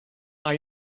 are